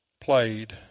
played